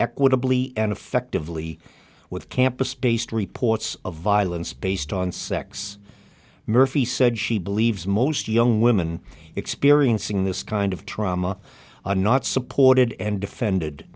equitably and effectively with campus based reports of violence based on sex murphy said she believes most young women experiencing this kind of trauma are not supported and defended